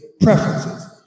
preferences